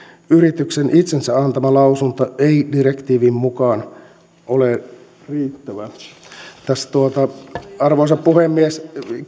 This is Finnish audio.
yrityksen itsensä antama lausunto ei direktiivin mukaan ole riittävä arvoisa puhemies